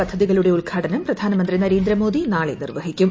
പദ്ധതികളുടെ ഉദ്ഘാടനം പ്രധാനമന്ത്രി നരേന്ദ്രമോദി നാളെ നിർവ്വഹിക്കും